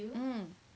mm